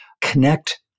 connect